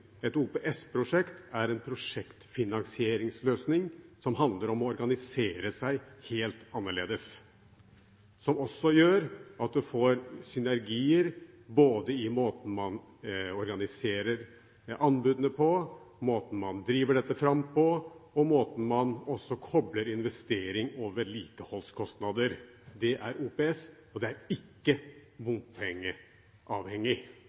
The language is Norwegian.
Et OPS-prosjekt er en prosjektfinansieringsløsning som handler om å organisere seg helt annerledes – noe som også gir synergier, både i måten man organiserer anbudene på, måten man driver dette fram på, og måten man kobler investerings- og vedlikeholdskostnader på. Dette er OPS, og det er ikke